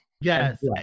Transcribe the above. Yes